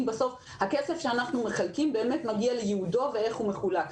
הכסף שאנחנו מחלקים באמת מגיע לייעודו ואיך הוא מחולק.